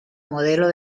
modelo